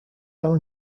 allen